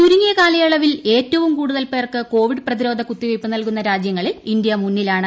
ചുരുങ്ങിയ് കാലയളവിൽ ഏറ്റവും കൂടുതൽ പേർക്ക് കോവിഡ് പ്രതിര്യോധ ്കുത്തിവെയ്പ് നൽകുന്ന രാജ്യങ്ങളിൽ ഇന്ത്യ മുന്നീല്ലാണ്